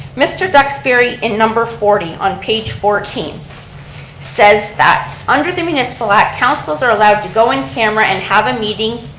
mr. duxbury in number forty, on page fourteen says that under the municipal act councilors are allowed to go in camera and have a meeting